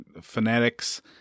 phonetics